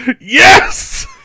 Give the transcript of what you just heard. yes